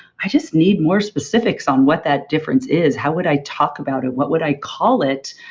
i just need more specifics on what that difference is. how would i talk about it? what would i call it?